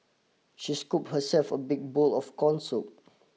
she scooped herself a big bowl of corn soup